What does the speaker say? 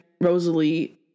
Rosalie